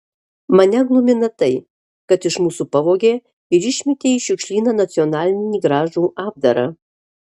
mane glumina tai kad iš mūsų pavogė ir išmetė į šiukšlyną nacionalinį gražų apdarą